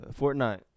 Fortnite